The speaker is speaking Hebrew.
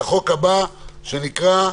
(אזור מוגבל), התש"ף-2020 נתקבלה.